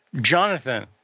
jonathan